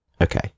Okay